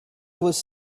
was